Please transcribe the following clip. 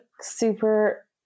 super